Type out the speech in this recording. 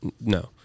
No